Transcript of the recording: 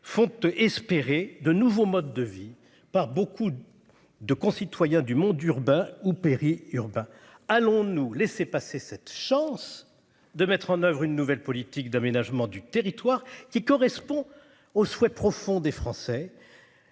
fonte espérer de nouveaux modes de vie par beaucoup. De concitoyens du monde urbain ou péri-urbain. Allons-nous laisser passer cette chance de mettre en oeuvre une nouvelle politique d'aménagement du territoire qui correspond au souhait profond des Français.